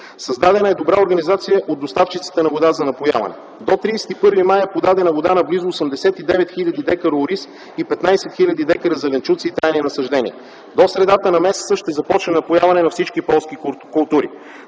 Създадена е добра организация от доставчиците на вода за напояване. До 31 май е подадена вода на близо 89 000 дка ориз и 15 000 дка зеленчуци и трайни насаждения. До средата на месеца ще започне напояване на всички полски култури.